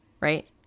right